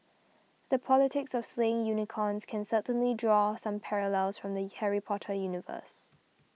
the politics of slaying unicorns can certainly draw some parallels from the Harry Potter universe